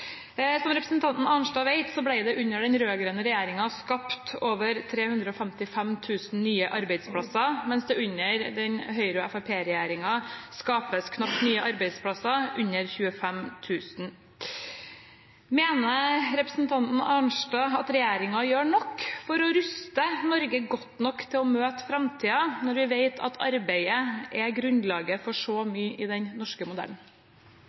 Som representanten Arnstad vet, ble det under den rød-grønne regjeringen skapt over 355 000 nye arbeidsplasser, mens det under Høyre–Fremskrittsparti-regjeringen knapt skapes nye arbeidsplasser – under 25 000. Mener representanten Arnstad at regjeringen gjør nok for å ruste Norge godt nok til å møte framtiden når vi vet at arbeid er grunnlaget for så mye i den norske modellen?